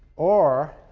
or,